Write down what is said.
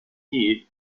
heat